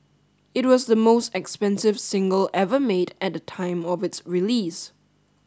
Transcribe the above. it was the most expensive single ever made at the time of its release